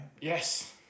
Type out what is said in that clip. Yes